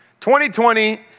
2020